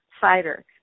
Fighter